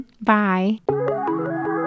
bye